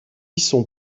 sont